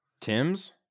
tims